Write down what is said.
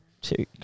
two